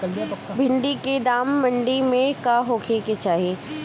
भिन्डी के दाम मंडी मे का होखे के चाही?